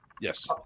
Yes